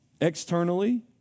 externally